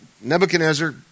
Nebuchadnezzar